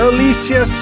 Alicia